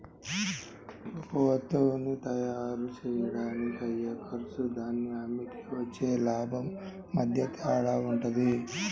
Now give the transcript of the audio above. ఒక వత్తువుని తయ్యారుజెయ్యడానికి అయ్యే ఖర్చు దాన్ని అమ్మితే వచ్చే లాభం మధ్య తేడా వుంటది